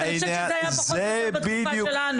אני חושבת שזה היה פחות או יותר בתקופה שלנו.